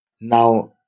now